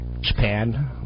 Japan